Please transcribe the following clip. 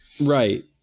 Right